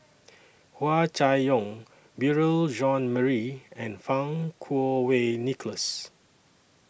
Hua Chai Yong Beurel Jean Marie and Fang Kuo Wei Nicholas